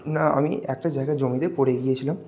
না আমি একটা জায়গায় জমিতে পড়ে গিয়েছিলাম